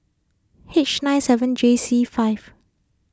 H nine seven J C five